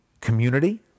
community